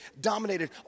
dominated